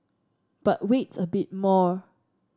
but wait a bit more